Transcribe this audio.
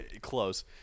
Close